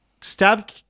stab